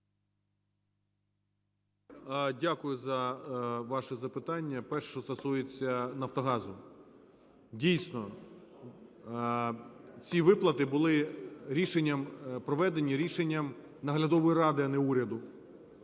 Дякую за ваше запитання. Перше: що стосується "Нафтогазу". Дійсно, ці виплати були рішенням… проведені рішенням наглядової ради, а не уряду.